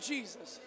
Jesus